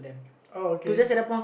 oh okay